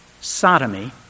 sodomy